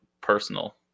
personal